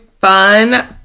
Fun